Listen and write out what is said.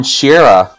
Shira